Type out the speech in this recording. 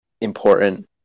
important